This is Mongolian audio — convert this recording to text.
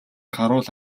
харуул